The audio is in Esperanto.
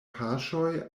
paŝoj